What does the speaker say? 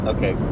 Okay